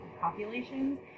populations